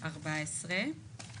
לפני כולם, לפני